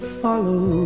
follow